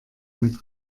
mit